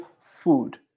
food